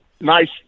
nice